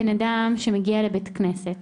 בנאדם שמגיע לבית כנסת